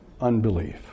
unbelief